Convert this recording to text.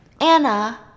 Anna